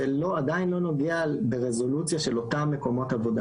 זה עדיין לא נוגע ברזולוציה של אותם מקומות עבודה.